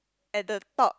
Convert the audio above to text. at the top